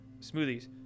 smoothies